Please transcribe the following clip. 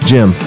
Jim